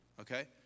okay